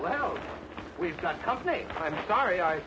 well we've got company i'm sorry i